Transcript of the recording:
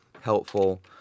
helpful